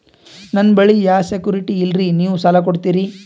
ನನ್ನ ಬಳಿ ಯಾ ಸೆಕ್ಯುರಿಟಿ ಇಲ್ರಿ ನೀವು ಸಾಲ ಕೊಡ್ತೀರಿ?